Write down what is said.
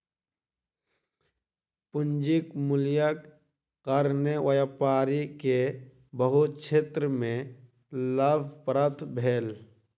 पूंजीक मूल्यक कारणेँ व्यापारी के बहुत क्षेत्र में लाभ प्राप्त भेल